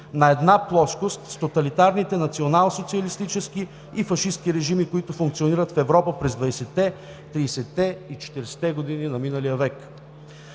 на една плоскост с тоталитарните националсоциалистически и фашистки режими, които функционират в Европа през 20-те, 30-те и 40-те години на миналия век.